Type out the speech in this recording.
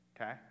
okay